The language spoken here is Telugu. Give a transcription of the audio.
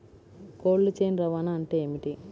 కోల్డ్ చైన్ రవాణా అంటే ఏమిటీ?